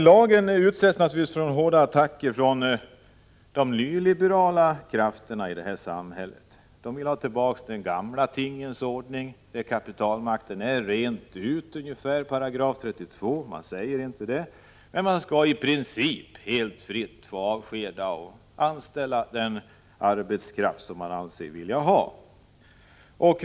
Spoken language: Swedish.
Lagen utsätts naturligtvis för hårda attacker från de nyliberala krafterna i samhället, som vill ha tillbaka den gamla tingens ordning, där kapitalmakt mer eller mindre klart uttalat är detsamma som § 32. Man säger inte detta, men tanken tycks ändå vara att arbetsgivarna helt fritt skall få avskeda och anställa den arbetskraft de anser sig vilja ha.